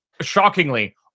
shockingly